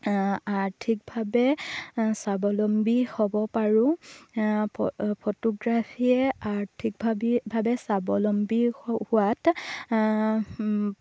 আৰ্থিকভাৱে স্বাৱলম্বী হ'ব পাৰোঁ ফটোগ্ৰাফীয়ে আৰ্থিকভাৱে স্বাৱলম্বী হোৱাত